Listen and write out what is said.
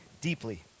deeply